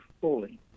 fully